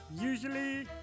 usually